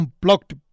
blocked